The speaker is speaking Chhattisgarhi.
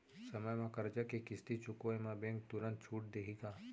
समय म करजा के किस्ती चुकोय म बैंक तुरंत छूट देहि का?